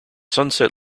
sunset